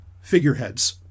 figureheads